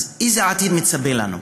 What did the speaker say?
אז איזה עתיד מצפה לנו?